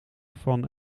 van